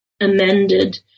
amended